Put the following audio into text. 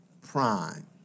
Prime